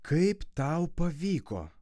kaip tau pavyko